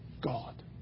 God